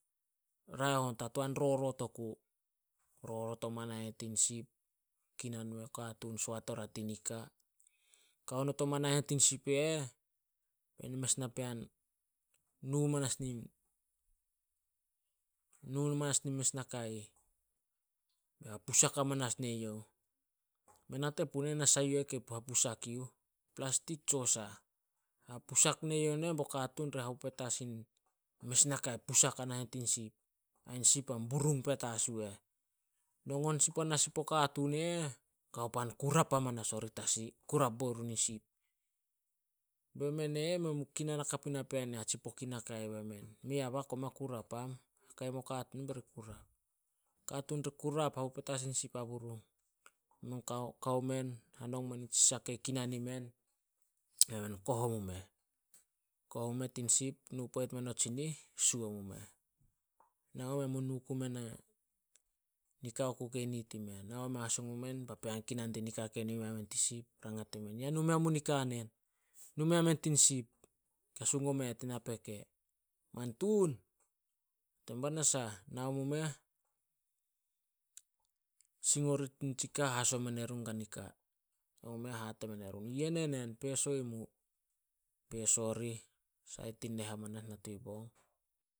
Raeh on, ta toan rorot oku. Rorot oma nahen tin sip, kinan muo katuun soat oria ti nika. Kao not oma nahen tin ship eh, bein mes napean, nu manas nin- nu manas nin mes naka ih, be hapusak ne youh, mei nate puna nasa yu eh kei ha- hapusak yuh, plastic tsio sah. Hapusak ne youh nen bo katuun ri hapu petas in mes naka pusak a nahen tin sip, ai sip an burung petas yu eh. Nongon sin panas sin puo katuun e eh, kao pan kurap amanas orih tasi, kurap bo irun in sip. Be men e eh, men mu kinan hakap i napean i hatsipok i naka eh. Bai men, "Mei a bah, koma kurap am. Haka yem o katuun bari kurap." Katuun ri kurap, hapu petas in sip a burung. Kao men, hanong men nitsi sah kei kinan imen. Be men koh omu meh, nu poit men o tsinih, suo mu meh. nu ku men na nikao ku kei nid i men. Me hasung omen, papean kinan di nika ke nu mea men tin sip. Rangat die men, "Ya nu mea mu nika nen?" "Nu mea men tin sip, hasung omea eh tin napeke." "Mantun!" "Banasah." Nao mu meh, sing orih tinitsi ka. Haso me run ga nika. Nao mu meh hate men erun, "Yen enen peso i mu. Peso rih, sait tin neh amanas, natu i bong.